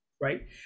right